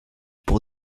pour